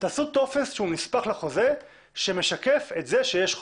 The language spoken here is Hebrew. תעשו טופס שהוא נספח לחוזה שמשקף את זה שיש חוזה.